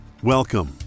Welcome